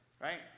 Right